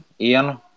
Ian